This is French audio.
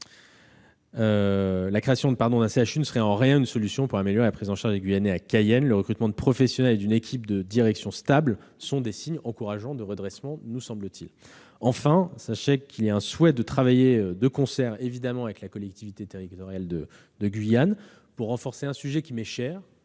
La création d'un CHU ne serait en rien une solution pour améliorer la prise en charge des Guyanais à Cayenne. Le recrutement de professionnels et d'une équipe de direction stable est un signe encourageant de redressement, nous semble-t-il. En outre, nous souhaitons travailler de concert avec la collectivité territoriale de Guyane pour renforcer les moyens de